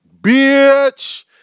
Bitch